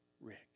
Rick